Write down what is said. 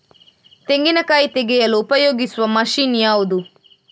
ತೆಂಗಿನಕಾಯಿ ತೆಗೆಯಲು ಉಪಯೋಗಿಸುವ ಮಷೀನ್ ಯಾವುದು?